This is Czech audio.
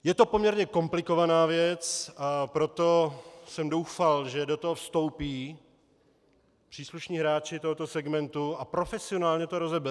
Je to poměrně komplikovaná věc, a proto jsem doufal, že do toho vstoupí příslušní hráči tohoto segmentu a profesionálně to rozeberou.